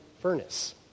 furnace